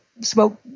smoke